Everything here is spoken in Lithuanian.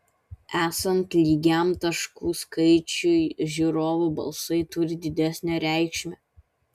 esant lygiam taškų skaičiui žiūrovų balsai turi didesnę reikšmę